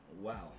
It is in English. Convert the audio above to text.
Wow